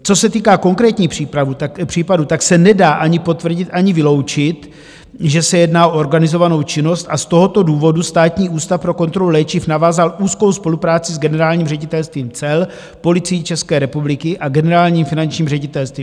Co se týká konkrétních případů, tak se nedá ani potvrdit, ani vyloučit, že se jedná o organizovanou činnost, a z tohoto důvodu Státní ústav pro kontrolu léčiv navázal úzkou spolupráci s Generálním ředitelstvím cel, Policií České republiky a Generálním finančním ředitelstvím.